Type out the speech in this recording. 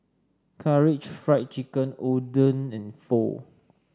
Karaage Fried Chicken Oden and Pho